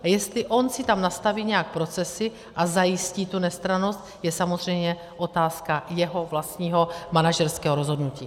A jestli on si tam nastaví nějak procesy a zajistí tu nestrannost, je samozřejmě otázka jeho vlastního manažerského rozhodnutí.